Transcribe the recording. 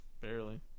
Barely